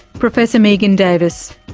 professor megan davis.